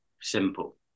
simple